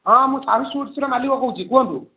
ହଁ ମୁଁ ସାହୁ ସୁଇଟ୍ସର ମାଲିକ କହୁଛି କୁହନ୍ତୁ